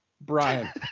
Brian